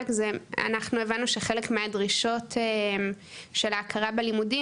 אנחנו הבנו שחלק מהדרישות של ההכרה בלימודים,